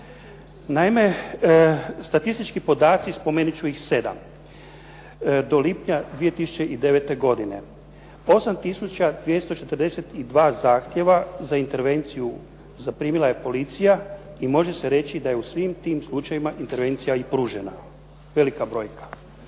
Naime, statistički podaci, spomenut ću ih sedam, do lipnja 2009. godine. 8 tisuća 242 zahtjeva za intervenciju zaprimila je policija i može se reći da je u svim tim slučajevima intervencija i pružena. Velika brojka.